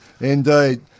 indeed